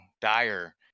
dire